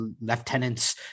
lieutenants